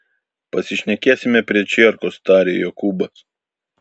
pasišnekėsime prie čierkos tarė jokūbas